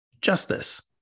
justice